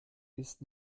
ist